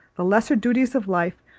the lesser duties of life,